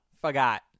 Forgot